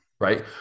right